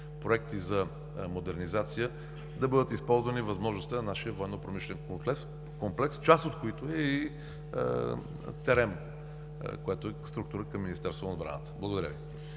проекти за модернизация да бъдат използвани възможностите на нашия Военно-промишлен комплекс, част от които е и „Терем“ като структура към Министерството на отбраната. Благодаря Ви.